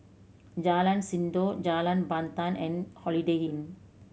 Jalan Sindor Jalan Pandan and Holiday Inn